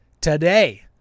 Today